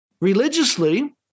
religiously